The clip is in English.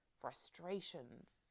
frustrations